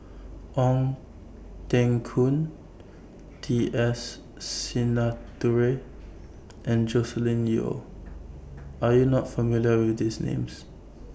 Ong Teng Koon T S Sinnathuray and Joscelin Yeo Are YOU not familiar with These Names